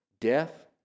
Death